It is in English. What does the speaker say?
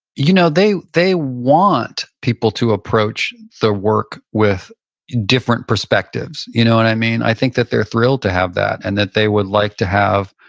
you know they they want people to approach their work with different perspectives. you know what i mean? i think that they're thrilled to have that and that they would like to have,